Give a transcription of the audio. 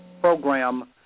program